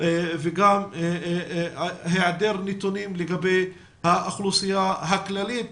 וגם היעדר נתונים לגבי האוכלוסייה הכללית